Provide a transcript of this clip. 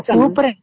Super